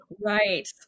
Right